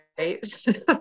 right